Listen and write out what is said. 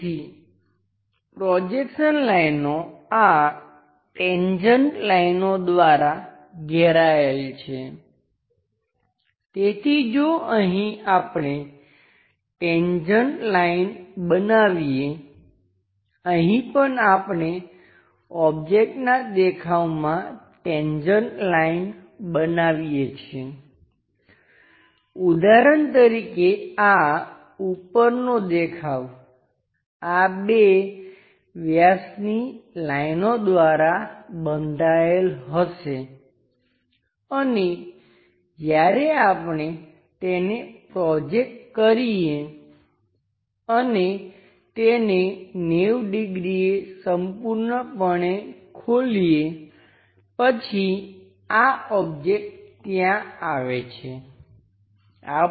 તેથી પ્રોજેક્શન લાઈનો આ ટેન્જેન્ટ લાઈનો દ્વારા ઘેરાયેલ છે તેથી જો અહીં આપણે ટેન્જેન્ટ લાઈન બનાવીએ અહીં પણ આપણે ઓબ્જેક્ટનાં દેખાવમાં ટેન્જેન્ટ લાઈન બનાવીએ છીએ ઉદાહરણ તરીકે આ ઉપરનો દેખાવ આ બે વ્યાસની લાઈનો દ્વારા બંધાયેલ હશે અને જ્યારે આપણે તેને પ્રોજેકટ કરીએ અને તેને 90 ડિગ્રીએ સંપૂર્ણપણે ખોલીએ પછી આ ઓબ્જેક્ટ ત્યાં આવે છે